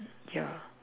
yeah